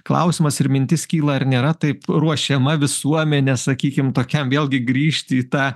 klausimas ir mintis kyla ar nėra taip ruošiama visuomenė sakykim tokiam vėlgi grįžti į tą